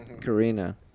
karina